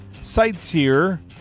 sightseer